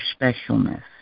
specialness